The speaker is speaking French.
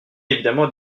évidemment